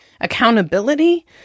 Accountability